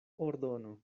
ordono